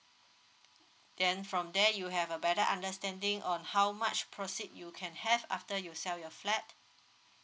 then from there you have a better understanding on how much proceed you can have after you sell your flat